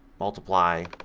multiply,